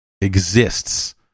exists